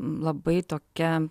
labai tokia